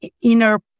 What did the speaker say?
inner